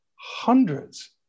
Hundreds